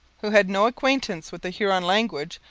who had no acquaintance with the huron language,